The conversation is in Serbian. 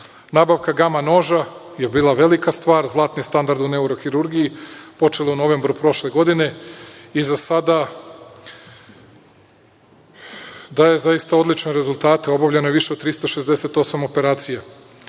gama noža je bila velika stvar. Zlatni standard u neurohirurgiji, počelo u novembru prošle godine i za sada daje zaista odlične rezultate. Obavljeno je više od 368 operacija.